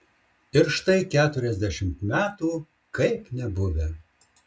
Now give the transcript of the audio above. ir štai keturiasdešimt metų kaip nebuvę